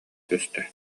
түстэ